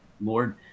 Lord